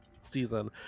season